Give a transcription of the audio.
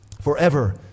forever